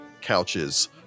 couches